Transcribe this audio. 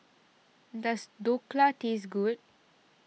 does Dhokla taste good